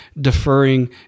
deferring